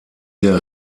der